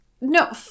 No